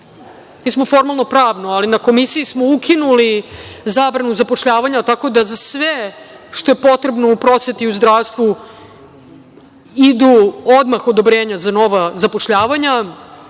nismo formalno pravno, ali na komisiji smo ukinuli zabranu zapošljavanja, tako da za sve što je potrebno u prosveti i u zdravstvu idu odmah odobrenja za nova zapošljavanja. Ministarstvo